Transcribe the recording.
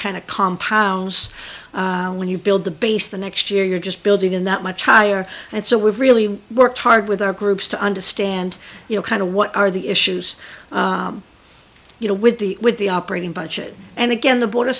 of compounds when you build the base the next year you're just building in that much higher and so we've really worked hard with our groups to understand you know kind of what are the issues you know with the with the operating budget and again the board